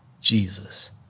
Jesus